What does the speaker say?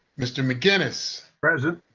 mr. mcginnis? present.